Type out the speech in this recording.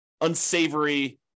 unsavory